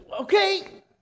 okay